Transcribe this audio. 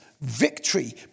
victory